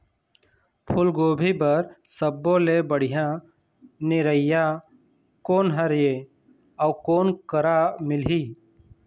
फूलगोभी बर सब्बो ले बढ़िया निरैया कोन हर ये अउ कोन करा मिलही?